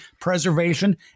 Preservation